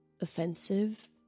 offensive